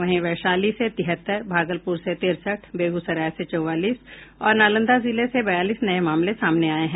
वहीं वैशाली से तिहत्तर भागलपुर से तिरसठ बेगूसराय से चौवालीस और नालंदा जिले से बयालीस नये मामले सामने आये हैं